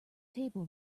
table